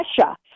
Russia